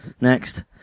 Next